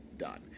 done